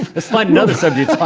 let's find another subject